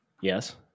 Yes